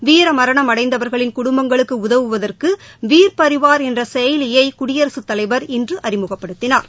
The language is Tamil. வீரமரணம் அடைந்தவர்களின் குடும்பங்களுக்குஉதவுவதற்குவீர் பரிவார் என்றசெயலியைகுடியரசுத் தலைவர் இன்றுஅறிமுகப்படுத்தினார்